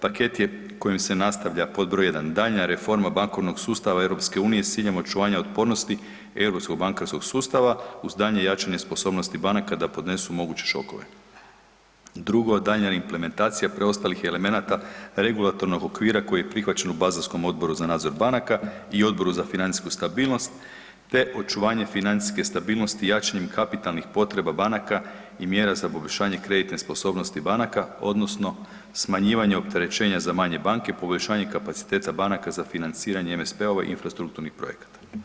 Paket je kojim se nastavlja: 1) daljnja reforma bankovnog sustava EU s ciljem očuvanja otpornosti europskog bankarskog sustava uz daljnje jačanje sposobnosti banaka da podnesu moguće šokove, 2) daljnja implementacija preostalih elemenata regulatornog okvira koji je prihvaćen u Bazelskom odboru za nadzor banaka i Odboru za financijsku stabilnost te očuvanje financijske stabilnosti jačanjem kapitalnih potreba banaka i mjera za poboljšanje kreditne sposobnosti banaka, odnosno smanjivanje opterećenja za manje banke, poboljšanje kapaciteta banaka za financiranje NSP-ova i infrastrukturnih projekata.